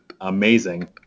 amazing